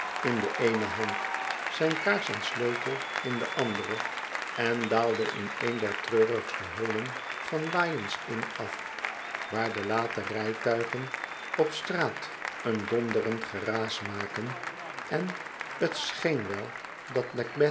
in de eene hand zijn kaars en sleutelm de andere en daalde in een der treurigste holen van lyons inn af waar de late rijtuigen op straat een donderend geraas maken en t scheen wel dat